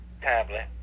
tablet